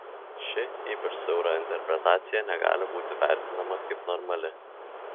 ši ypač siaura interpretacija negali būti vertinama kaip normali